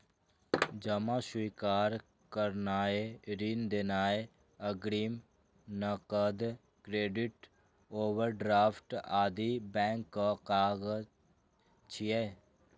जमा स्वीकार करनाय, ऋण देनाय, अग्रिम, नकद, क्रेडिट, ओवरड्राफ्ट आदि बैंकक काज छियै